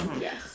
Yes